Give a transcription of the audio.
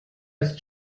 ist